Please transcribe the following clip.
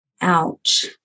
Ouch